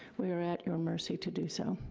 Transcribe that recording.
we are at your mercy to do so.